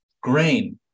grain